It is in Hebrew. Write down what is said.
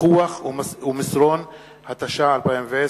התש"ע 2010,